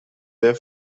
their